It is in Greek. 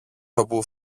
όπου